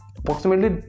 approximately